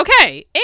Okay